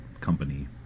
company